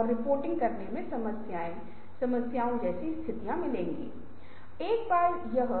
और एक अंक यह भी है कि अगर कोई जोखिम लेता है और किसी विशेष उत्पाद या सेवा या